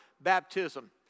baptism